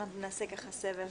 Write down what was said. אנחנו נעשה סבב.